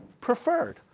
preferred